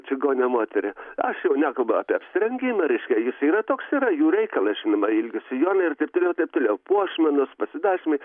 čigonę moterį aš jau nekalbu apie apsirengimą reiškia jis yra toks yra jų reikala žinoma ilgi sijonai ir taip toliau ir taip toliau puošmenos pasidažymai